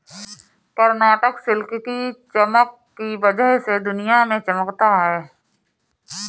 Karnataka silk की चमक की वजह से दुनिया में चमकता है